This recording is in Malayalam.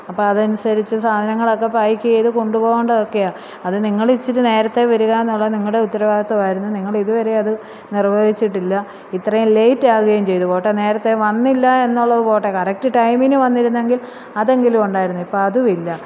അപ്പം അത് അനുസരിച്ച് സാധനങ്ങളൊക്കെ പായ്ക്ക് ചെയ്ത് കൊണ്ട് പോവേണ്ടത് ഒക്കെയാ അത് നിങ്ങൾ ഇച്ചിരി നേരത്തെ വരിക എന്നുള്ളത് നിങ്ങളുടെ ഉത്തരവാദിത്തമായിരുന്നു നിങ്ങൾ ഇത് വരെ അത് നിര്വഹിച്ചിട്ടില്ല ഇത്രയും ലേയ്റ്റ് ആകുകയും ചെയ്തു പോട്ടെ നേരത്തേ വന്നില്ല എന്നുള്ളത് പോട്ടെ കറക്റ്റ് ടൈമിന് വന്നിരുന്നെങ്കില് അതെങ്കിലും ഉണ്ടാവുമായിരുന്നു ഇപ്പം അതും ഇല്ല